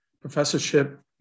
Professorship